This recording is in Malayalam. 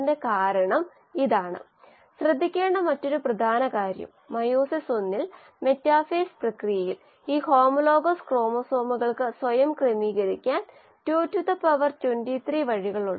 പിന്നെ mu ൽ സബ്സ്ട്രേറ്റ് ഉൽപന്ന സാന്ദ്രത വർദ്ധിപ്പിക്കുന്നതിന് മറ്റ് മോഡലുകൾ ഉണ്ടെന്ന് നമ്മൾ പറഞ്ഞു മോസർ മോഡലും 2 സബ്സ്ട്രേറ്റുകൾ ഒരേസമയം പരിമിതപ്പെടുത്തുമ്പോൾ മോഡൽ ആൻഡ്രൂസും നോക്ക് മോഡലും നമുക്ക് സബ്സ്റ്റേറ്റ് ഇൻഹിബിഷൻ ജെറുസാലിംസ്കി നെറോനോവ എന്നിവരുടെ മാതൃക ഇത് വളർച്ചയെ ഉൽപന്ന നിരോധനത്തിൻറെ ഫലം നൽകുന്നു